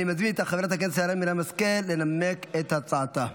אני מזמין את חברת הכנסת שרן מרים השכל לנמק את הצעתה.